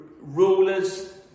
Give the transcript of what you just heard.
rulers